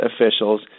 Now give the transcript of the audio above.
officials